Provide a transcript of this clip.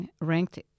ranked